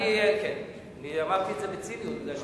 אני אמרתי את זה בציניות, בגלל,